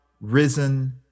risen